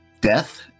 Death